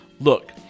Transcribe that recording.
Look